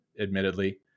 admittedly